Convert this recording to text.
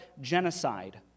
genocide